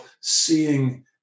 seeing